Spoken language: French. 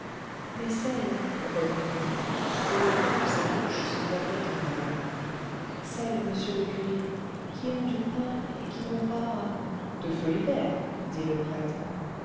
les coins de sa bouche se tordaient en parlant celles monsieur le curé qui ont du pain et qui n'ont pas de feu l'hiver dit le prêtre